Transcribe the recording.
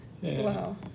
wow